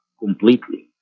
completely